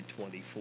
24